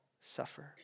suffer